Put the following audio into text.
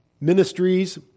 ministries